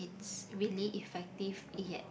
it's really effective yet